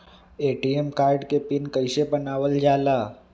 ATM card के pin कैसे बनावल जाला?